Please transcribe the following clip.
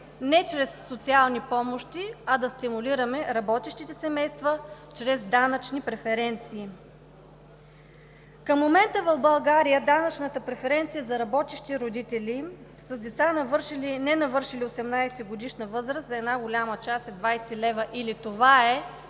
не чрез социални помощи, а да стимулираме работещите семейства чрез данъчни преференции. Към момента в България данъчната преференция за една голяма част работещи родители с деца, ненавършили 18-годишна възраст, е 20 лв. или това